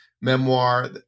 memoir